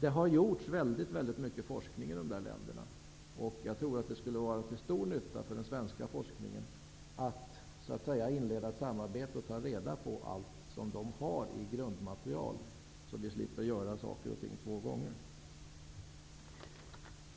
Det har utförts väldigt mycket forskning i de länderna, och jag tror att det skulle vara till stor nytta för den svenska forskningen att inleda ett samarbete och ta reda på allt som man där har av grundmaterial, så att vi slipper göra saker och ting två gånger.